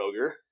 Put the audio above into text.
Roger